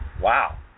Wow